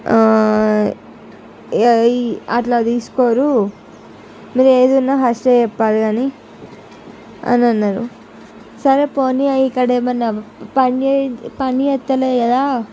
అట్లా తీసుకోరు నువ్వు ఏదన్నా ఫస్ట్ చెప్పాలి కానీ అని అన్నారు సరే పోనీ ఇక్కడ ఏమన్నా పని పనిచేస్తలే కదా